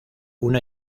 una